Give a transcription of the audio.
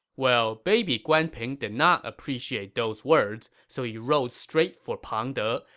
well, baby guan ping did not appreciate those words, so he rode straight for pang de,